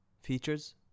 features